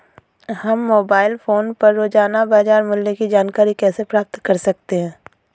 हम mobile phone पर रोजाना बाजार मूल्य की जानकारी कैसे प्राप्त कर सकते हैं?